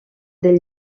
del